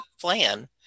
plan